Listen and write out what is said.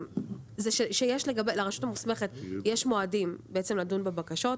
שיש לרשות המוסמכת יש מועדים בעצם לדון בבקשות,